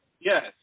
Yes